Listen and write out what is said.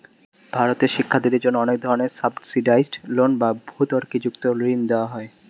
ভারতে শিক্ষার্থীদের জন্য অনেক ধরনের সাবসিডাইসড লোন বা ভর্তুকিযুক্ত ঋণ দেওয়া হয়